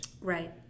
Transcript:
Right